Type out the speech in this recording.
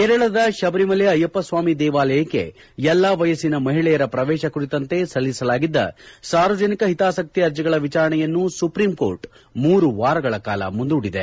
ಕೇರಳದ ಶಬರಿಮಲೆ ಅಯ್ಯಪ್ಪಸ್ವಾಮಿ ದೇವಾಲಯಕ್ಕೆ ಎಲ್ಲ ವಯಸ್ಸಿನ ಮಹಿಳೆಯರ ಪ್ರವೇಶ ಕುರಿತಂತೆ ಸಲ್ಲಿಸಲಾಗಿದ್ದ ಸಾರ್ವಜನಿಕ ಹಿತಾಸಕ್ತಿ ಅರ್ಜಿಗಳ ವಿಚಾರಣೆಯನ್ನು ಸುಪ್ರೀಂಕೋರ್ಟ್ ಮೂರು ವಾರಗಳ ಕಾಲ ಮುಂದೂಡಿದೆ